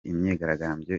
imyigaragambyo